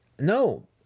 No